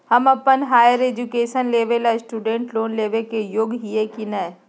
हम अप्पन higher education लेबे ला स्टूडेंट लोन लेबे के योग्य हियै की नय?